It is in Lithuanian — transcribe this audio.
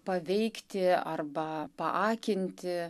paveikti arba paakinti